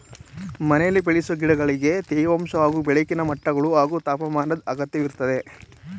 ಮನೆಲಿ ಬೆಳೆಸೊ ಗಿಡಗಳಿಗೆ ತೇವಾಂಶ ಹಾಗೂ ಬೆಳಕಿನ ಮಟ್ಟಗಳು ಹಾಗೂ ತಾಪಮಾನದ್ ಅಗತ್ಯವಿರ್ತದೆ